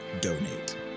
donate